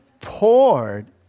poured